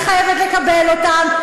ואת תהיי חייבת לקבל אותם,